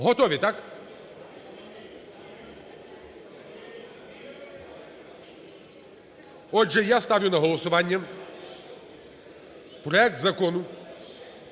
Готові, так? Отже, я ставлю на голосування проект Закону